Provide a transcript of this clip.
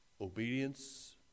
Obedience